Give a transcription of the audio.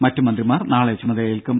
മറ്റു മന്ത്രിമാർ നാളെ ചുമതലയേൽക്കും